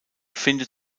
findet